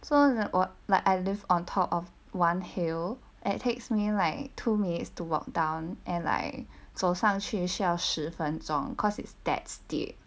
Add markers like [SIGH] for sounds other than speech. so [NOISE] or like I live on top of one hill it takes me like two minutes to walk down and like 走上去十分中 cause it's that steep